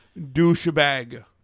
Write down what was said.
douchebag